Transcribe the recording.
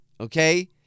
Okay